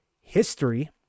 history